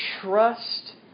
trust